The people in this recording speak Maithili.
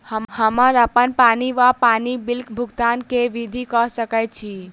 हम्मर अप्पन पानि वा पानि बिलक भुगतान केँ विधि कऽ सकय छी?